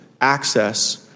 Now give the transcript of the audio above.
access